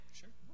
sure